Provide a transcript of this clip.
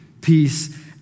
peace